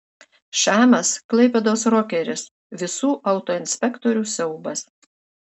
šamas klaipėdos rokeris visų autoinspektorių siaubas